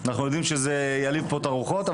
אנחנו יודעים שזה ילהיט פה את הרוחות.